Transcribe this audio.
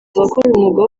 umwuga